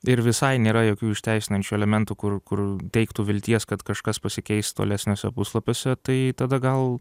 ir visai nėra jokių išteisinančių elementų kur kur teiktų vilties kad kažkas pasikeis tolesniuose puslapiuose tai tada gal